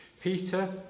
Peter